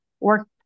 Work